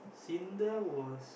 Syndra was